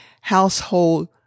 household